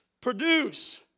Produce